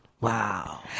Wow